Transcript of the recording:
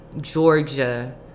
Georgia